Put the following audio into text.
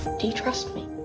do you trust me?